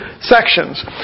sections